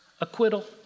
Acquittal